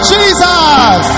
Jesus